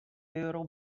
euro